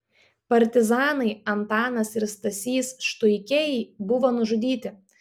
partizanai antanas ir stasys štuikiai buvo nužudyti